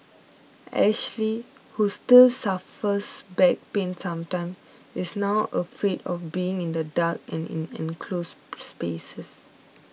Ashley who still suffers back pains sometimes is now afraid of being in the dark and in enclosed spaces